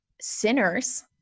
sinners